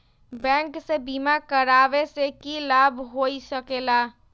Bank से बिमा करावे से की लाभ होई सकेला?